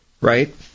right